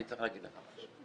אני צריך להגיד לך משהו,